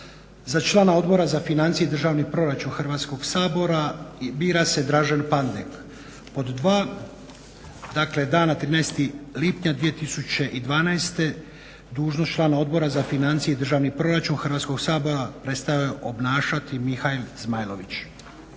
Za člana Odbora za financije i državni proračun Hrvatskog sabora bira se Dražen Pandek. Pod dva, dakle dana 13. lipnja 2012. dužnost člana Odbora za financije i državni proračun Hrvatskog sabora prestao je obnašati Mihail Zmajlović.